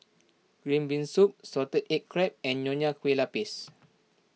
Green Bean Soup Salted Egg Crab and Nonya Kueh Lapis